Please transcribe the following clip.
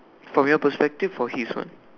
from your perspective or his one